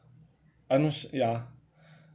I'm no~ su~ ya